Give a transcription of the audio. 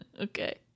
Okay